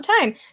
time